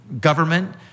government